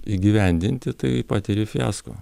įgyvendinti tai patiri fiasko